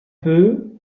peu